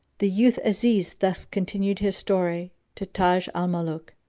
the youth aziz thus continued his story to taj al-muluk